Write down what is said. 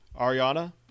Ariana